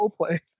roleplay